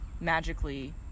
magically